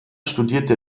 studierte